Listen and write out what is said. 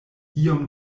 iom